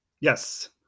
Yes